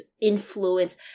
influence